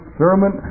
sermon